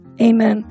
amen